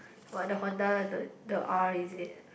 !wah! the Honda the the R is it